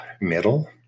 middle